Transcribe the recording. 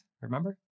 remember